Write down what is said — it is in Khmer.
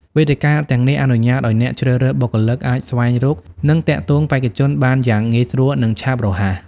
វេទិកាទាំងនេះអនុញ្ញាតឲ្យអ្នកជ្រើសរើសបុគ្គលិកអាចស្វែងរក និងទាក់ទងបេក្ខជនបានយ៉ាងងាយស្រួល និងឆាប់រហ័ស។